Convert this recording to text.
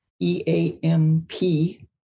E-A-M-P